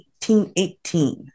1818